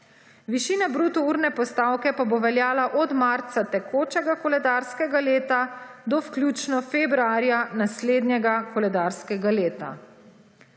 Višina bruto urne postavke pa bo veljala od marca tekočega koledarskega leta do vključno februarja naslednjega koledarskega leta.